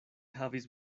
havis